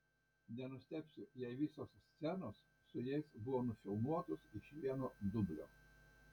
nenustebsiu jei visos scenos su jais buvo nufilmuotos iš vieno dublio